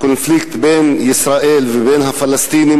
הקונפליקט בין ישראל ובין הפלסטינים,